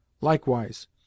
Likewise